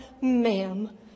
ma'am